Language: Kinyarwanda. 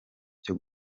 cyo